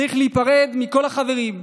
צריך להיפרד מכל החברים,